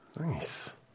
Nice